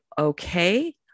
okay